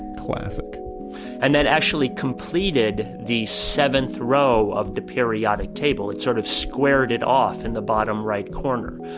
classic and that actually completed the seventh row of the periodic table. it sort of squared it off in the bottom right corner.